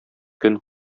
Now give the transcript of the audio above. көн